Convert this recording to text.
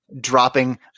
dropping